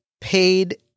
paid